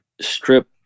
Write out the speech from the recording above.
strip